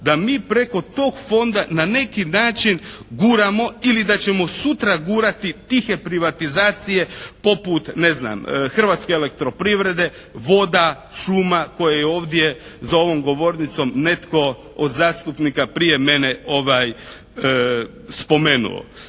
da mi preko tog Fonda na neki način guramo ili da ćemo sutra gurati tih privatizacije poput ne znam Hrvatske elektroprivrede, voda, šuma koja je ovdje za ovom govornicom netko od zastupnika prije mene spomenuo.